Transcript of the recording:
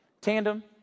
tandem